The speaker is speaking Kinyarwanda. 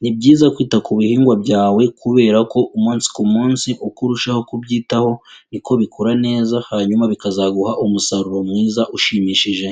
ni byiza kwita ku bihingwa byawe kubera ko umunsi ku munsi uko urushaho kubyitaho niko bikura neza, hanyuma bikazaguha umusaruro mwiza ushimishije.